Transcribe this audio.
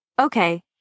Okay